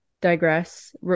digress